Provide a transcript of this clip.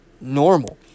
normal